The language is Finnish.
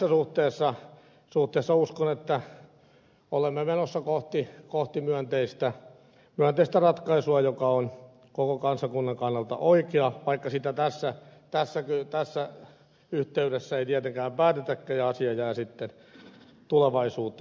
eli tässä suhteessa uskon että olemme menossa kohti myönteistä ratkaisua joka on koko kansakunnan kannalta oikea vaikka sitä tässä yhteydessä ei tietenkään päätetä ja asia jää sitten tulevaisuuteen